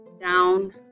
down